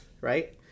right